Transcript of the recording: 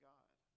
God